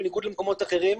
ולכן, בניגוד למקומות אחרים,